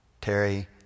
Terry